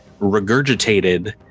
regurgitated